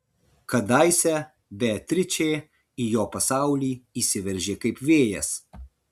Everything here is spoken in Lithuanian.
kadaise beatričė į jo pasaulį įsiveržė kaip vėjas